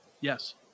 Yes